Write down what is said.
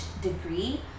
degree